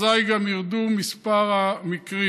אזיי גם ירד מספר המקרים.